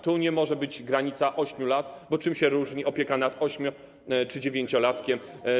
Tu nie może być granicy 8 lat, bo czym się różni opieka nad ośmiolatkiem czy dziewięciolatkiem.